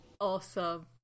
awesome